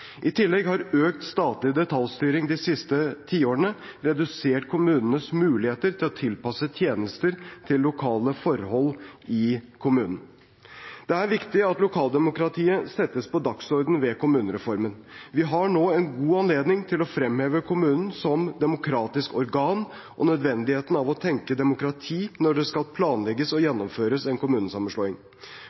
I tillegg har økt statlig detaljstyring de siste tiårene redusert kommunenes muligheter til å tilpasse tjenestene til lokale forhold i kommunen. Det er viktig at lokaldemokratiet settes på dagsordenen ved kommunereformen. Vi har nå en god anledning til å fremheve kommunen som demokratisk organ og nødvendigheten av å tenke demokrati når det skal planlegges og gjennomføres en kommunesammenslåing.